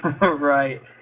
Right